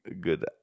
good